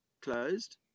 closed